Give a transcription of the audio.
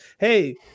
hey